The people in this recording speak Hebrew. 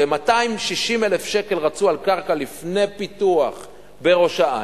ו-260,000 שקל רצו על קרקע לפני פיתוח בראש-העין,